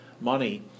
money